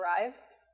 arrives